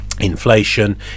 inflation